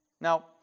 Now